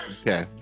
Okay